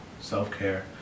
Self-care